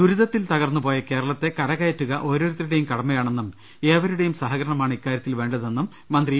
ദുരിതത്തിൽ തകർന്നു പോയ കേരളത്തെ കരകയറ്റുക ഓരോരുത്തരുടെയും കടമയാണെന്നും ഏവരുടെയും സഹകരണമാണ് ഇക്കാര്യത്തിൽ വേണ്ടതെന്നും മന്ത്രി ഇ